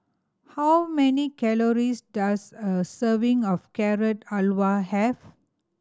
how many calories does a serving of Carrot Halwa have